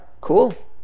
Cool